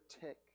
tick